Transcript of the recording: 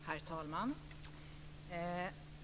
Herr talman!